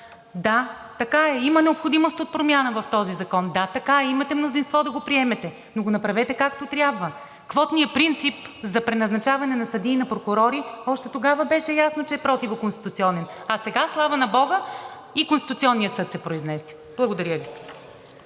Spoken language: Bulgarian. да така е – има необходимост от промяна в този закон, да така е – имате мнозинство да го приемете, но го направете както трябва. Квотният принцип за преназначаване на съдии и на прокурори още тогава беше ясно, че е противоконституционен, а сега, слава на бога, и Конституционният съд се произнесе. Благодаря Ви.